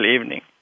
evening